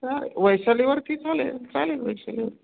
चालेल वैशालीवरती चालेल म्हणजे चालेल वैशालीवर